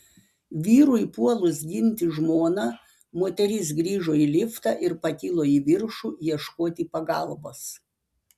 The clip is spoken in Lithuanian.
vyrui puolus ginti žmoną moteris grįžo į liftą ir pakilo į viršų ieškoti pagalbos